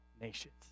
nations